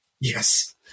Yes